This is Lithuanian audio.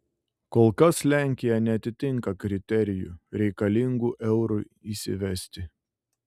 kol kas lenkija neatitinka kriterijų reikalingų eurui įsivesti